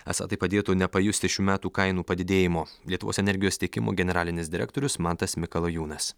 esą tai padėtų nepajusti šių metų kainų padidėjimo lietuvos energijos tiekimo generalinis direktorius mantas mikalajūnas